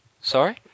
Sorry